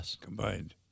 combined